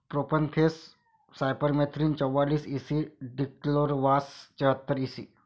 profenofos cypermethrin चौवालीस E C dichlorvos चेहतार EC